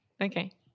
Okay